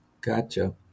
gotcha